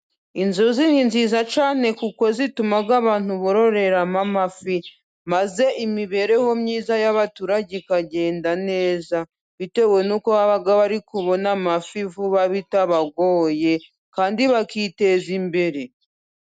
Inzuzi ni nziza cyane kuko zituma abantu bororeramo amafi maze imibereho myiza y'abaturage ikagenda neza bitewe n'uko baba bari kubona amafi vuba bitabagoye kandi bakiteza imbere.